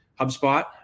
HubSpot